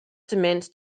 dement